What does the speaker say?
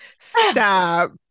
Stop